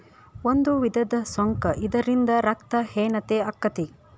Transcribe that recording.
ಒಂದು ವಿಧದ ಸೊಂಕ ಇದರಿಂದ ರಕ್ತ ಹೇನತೆ ಅಕ್ಕತಿ